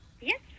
Yes